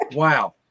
Wow